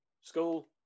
School